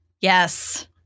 Yes